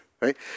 right